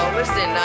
listen